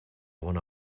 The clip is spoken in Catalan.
bona